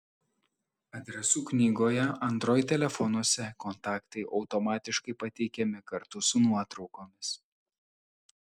adresų knygoje android telefonuose kontaktai automatiškai pateikiami kartu su nuotraukomis